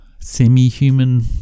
semi-human